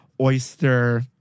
Oyster